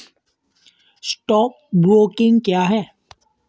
Stock broking क्या है?